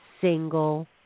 single